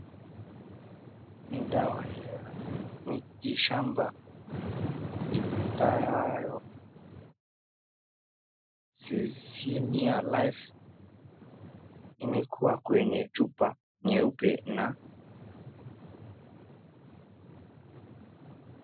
Ni dawa ya miti shamba iitwayo Zaphenia Life imeekwa kwenye chupa nyeupe .